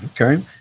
Okay